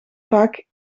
vaak